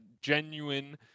genuine